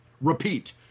Repeat